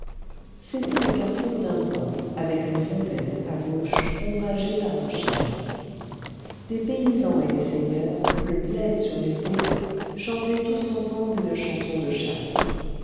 c'était le carrefour d'un bois avec une fontaine à gauche ombragée par un chêne des paysans et des seigneurs le plaid sur l'épaule chantaient tous ensemble une chanson de chasse